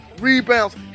rebounds